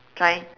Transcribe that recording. tri~